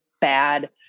bad